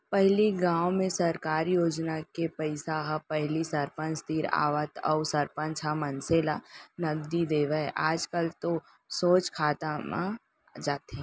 पहिली गाँव में सरकार योजना के पइसा ह पहिली सरपंच तीर आवय अउ सरपंच ह मनसे ल नगदी देवय आजकल तो सोझ खाता म जाथे